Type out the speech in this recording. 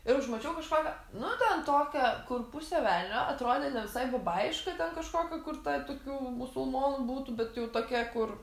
ir užmačiau kažką nu ten tokią kur pusė velnio atrodė ne visai babajiška ten kažkokia kur ta tokių musulmonų būtų bet jau tokia kur